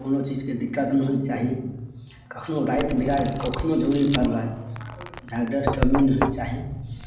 कोनो चीजके दिक्कत नहि होइके चाही कखनो राति बिराति कखनो जरूरी पड़लय यहाँ बेड कमी नहि होइके चाही